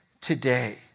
today